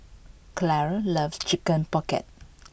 Clara loves Chicken Pocket